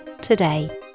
today